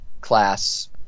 class